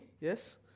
Yes